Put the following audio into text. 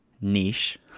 niche